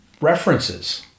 references